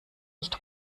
nicht